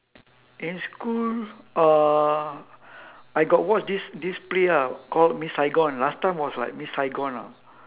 in school uh I got watch this this play ah called miss saigon last time was like miss saigon ah